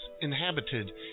inhabited